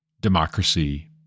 democracy